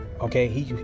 okay